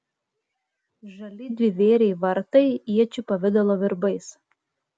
žali dvivėriai vartai iečių pavidalo virbais